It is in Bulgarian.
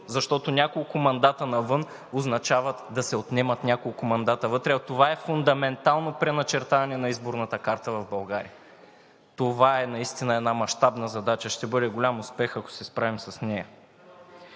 защото няколко мандата навън означават да се отнемат няколко мандата вътре, а това е фундаментално преначертаване на изборната карта в България. Това е наистина една мащабна задача. Ще бъде голям успех, ако се справим с нея.